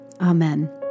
Amen